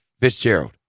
Fitzgerald